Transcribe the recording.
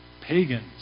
pagans